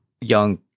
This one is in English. young